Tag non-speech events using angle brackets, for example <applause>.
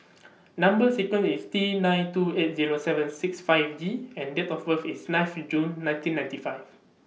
<noise> Number sequence IS T nine two eight Zero seven six five G and Date of birth IS ninth June nineteen ninety five